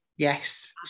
Yes